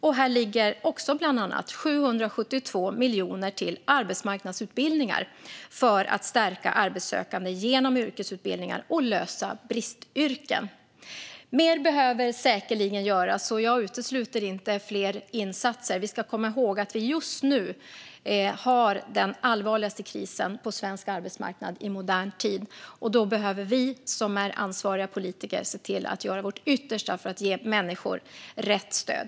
Och här ligger också bland annat 772 miljoner kronor till arbetsmarknadsutbildningar för att stärka arbetssökande genom yrkesutbildningar och för att lösa problemen med bristyrken. Mer behöver säkerligen göras, och jag utesluter inte fler insatser. Vi ska komma ihåg att vi just nu har den allvarligaste krisen på svensk arbetsmarknad i modern tid. Då behöver vi som är ansvariga politiker se till att göra vårt yttersta för att ge människor rätt stöd.